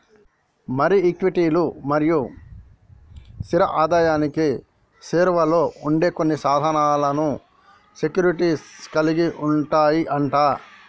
మరి ఈక్విటీలు మరియు స్థిర ఆదాయానికి సేరువలో ఉండే కొన్ని సాధనాలను సెక్యూరిటీస్ కలిగి ఉంటాయి అంట